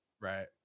right